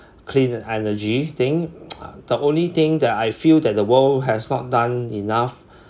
clean energy thing the only thing that I feel that the world has not done enough